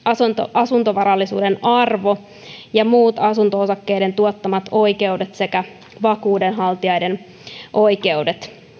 asuntovarallisuuden arvo ja muut asunto osakkeen tuottamat oikeudet sekä vakuudenhaltijoiden oikeudet